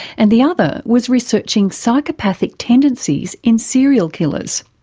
and the other was researching psychopathic tendencies in serial killers.